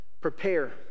prepare